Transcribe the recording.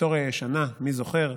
היסטוריה ישנה, מי זוכר?